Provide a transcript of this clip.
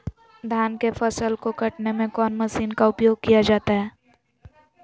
धान के फसल को कटने में कौन माशिन का उपयोग किया जाता है?